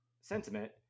sentiment